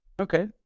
Okay